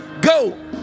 Go